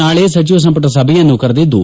ನಾಳೆ ಸಚಿವ ಸಂಪುಟ ಸಭೆಯನ್ನೂ ಕರೆದಿದ್ದು